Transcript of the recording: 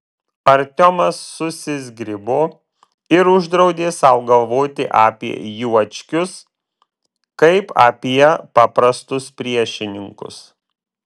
artiomas susizgribo ir uždraudė sau galvoti apie juočkius kaip apie paprastus priešininkus